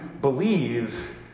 believe